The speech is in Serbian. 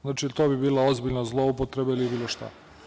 Znači, to bi bila ozbiljna zloupotreba ili bilo šta.